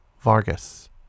Vargas